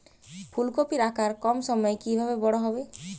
ফুলকপির আকার কম সময়ে কিভাবে বড় হবে?